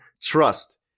trust